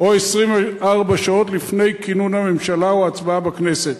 או 24 שעות לפני כינון הממשלה או ההצבעה בכנסת".